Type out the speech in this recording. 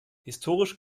historisch